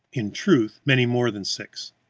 in truth, many more than six.